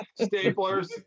staplers